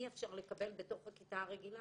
אי אפשר לקבל בתוך הכיתה הרגילה.